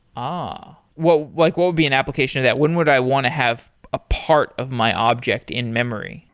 um ah what like what would be an application to that? when would i want to have a part of my object in-memory?